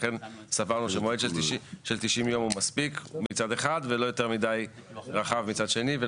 לכן סברנו שמועד של 90 ימים מספיק ולא יותר מדי רחב מצד שני.